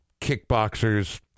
kickboxers